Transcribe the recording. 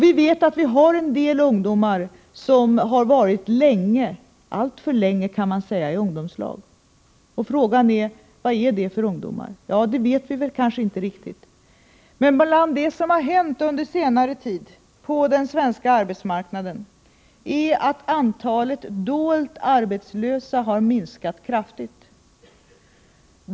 Vi vet att en del ungdomar har varit länge — alltför länge, kan man säga — i ungdomslagen. Frågan är vad det är för ungdomar. Det vet vi kanske inte riktigt, men något som hänt under senare tid på den svenska arbetsmarknaden är att antalet dolt arbetslösa har minskat kraftigt.